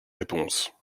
réponse